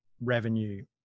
revenue